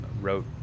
wrote